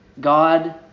God